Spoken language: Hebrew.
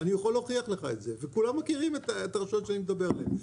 אני יכול להוכיח לך את זה וכולם מכירים את הרשויות שאני מדבר עליהן.